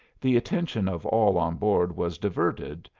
the attention of all on board was diverted,